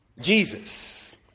Jesus